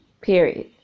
period